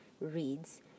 reads